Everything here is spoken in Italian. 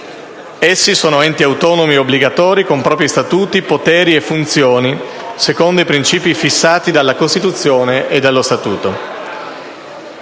Essi sono enti automi obbligatori con propri statuti, poteri e funzioni, secondo i principi fissati dalla Costituzione e dallo Statuto.